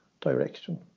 direction